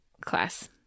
class